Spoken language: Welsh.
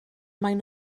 maen